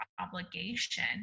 obligation